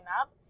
up